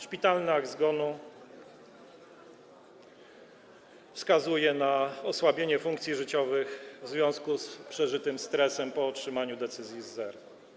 Szpitalny akt zgonu wskazuje na osłabienie funkcji życiowych w związku z przeżytym stresem po otrzymaniu decyzji z ZER.